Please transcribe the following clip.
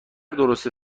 درست